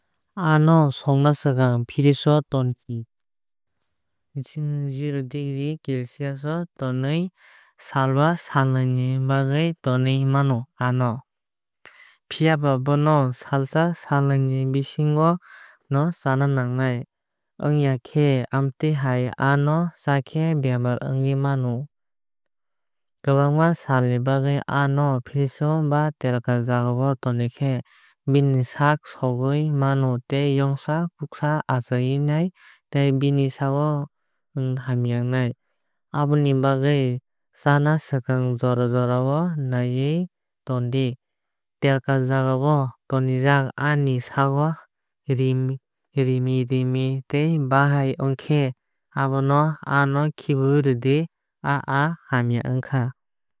Aa no sokna swkang no fridge o 0°C o tonwi salba salnwui ni bagwui bagwi tonui mano aa no. Phiaba bono salsa salnui ni bisingo no chana nangnai ongya khe amutui hai aa no chakhe bemar ongui mano. Kwbangma sal ni bagwi aa no fridge ba telkar jagao tonikhe bini sag sogwui mano tei yongsa kuksa achaiui nai tei bini sago Hamya wngnai. Aboni bagwi chána swkang jora jora no naiwi tondi. Telkar jagao tonijak aa ni sago rimi rimi tei bahai ongkhe abo no aa no khibui rwdi aa aa hamya ongkha.